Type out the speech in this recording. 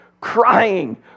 crying